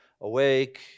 awake